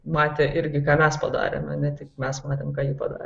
matė irgi ką mes padarėm ne tik mes matėm ką ji padarė